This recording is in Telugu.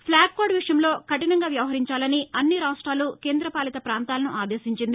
ఫ్లాగ్ కోడ్ విషయంలో కఠినంగా వ్యవహరించాలని అన్ని రాష్ట్రాలు కేందపాలిత ప్రాంతాలను ఆదేశించింది